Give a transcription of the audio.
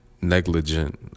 negligent